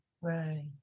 Right